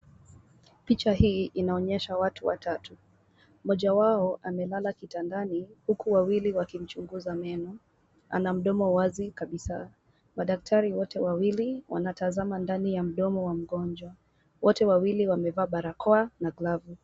Picha hii inaonyesha watu watatu. Moja wao amelala kitandani, huku wawili wakimchunguza meno. Ana mdomo wazi kabisa. Madaktari wote wawili wanatazama ndani ya mdomo wa mgonjwa. Wote wawili wamevaa barakoa na glavu.